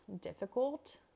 difficult